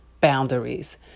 boundaries